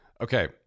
Okay